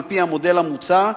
על-פי המודל המוצע,